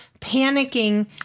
panicking